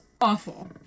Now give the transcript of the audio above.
awful